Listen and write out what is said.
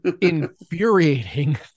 infuriating